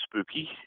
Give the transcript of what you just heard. spooky